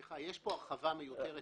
סליחה, יש פה הרחבה מיותרת.